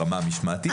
ברמה המשמעתית.